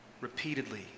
repeatedly